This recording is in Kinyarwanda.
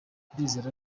ndizera